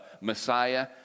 Messiah